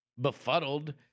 befuddled